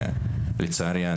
לצערי,